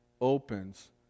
opens